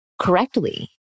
correctly